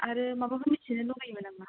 आरो माबाफोर मिथिनो लुबैयोमोन नामा